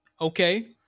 Okay